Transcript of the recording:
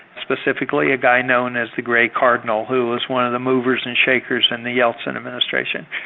specifically a guy known as the grey cardinal, who was one of the movers and shakers in the yeltsin administration.